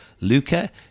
Luca